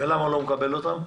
ולמה לא מקבל אותם?